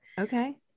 okay